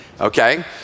Okay